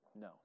No